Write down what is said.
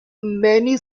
many